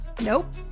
Nope